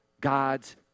God's